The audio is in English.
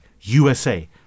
USA